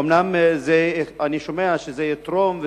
אומנם אני שומע שזה יתרום,